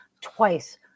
twice